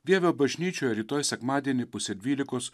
vievio bažnyčioj rytoj sekmadienį pusę dvylikos